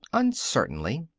uncertainly.